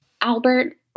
Albert